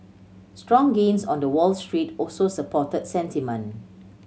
strong gains on the Wall Street also supported sentiment